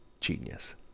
genius